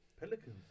Pelicans